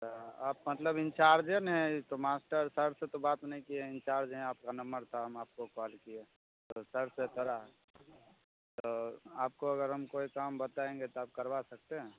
तऽ आप मतलब इन्चार्जे ने ई तो मास्टर सर से तो बात नहि किए हैं इन्चार्ज है आपका नम्बर था हम आपको कॉल किए तऽ सर से थोड़ा तो आपको अगर हम कोई काम बताएँगे तऽ आप करबा सकते है